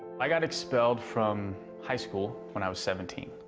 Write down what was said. i got expelled from high school when i was seventeen.